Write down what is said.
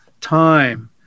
time